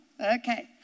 Okay